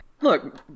Look